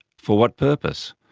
for what purpose?